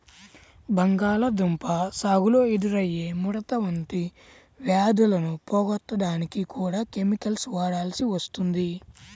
బంగాళాదుంప సాగులో ఎదురయ్యే ముడత వంటి వ్యాధులను పోగొట్టడానికి కూడా కెమికల్స్ వాడాల్సి వస్తుంది